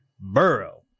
burrow